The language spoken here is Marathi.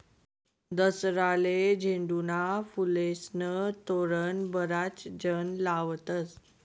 दसराले झेंडूना फुलेस्नं तोरण बराच जण लावतस